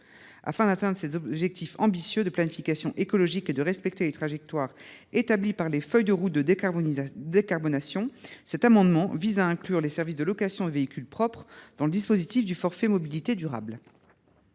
Afin d’atteindre ces objectifs ambitieux de planification écologique et de respecter les trajectoires établies par les feuilles de route de décarbonation, cet amendement vise à inclure les services de location de véhicules propres dans le dispositif du forfait mobilités durables.